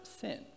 sin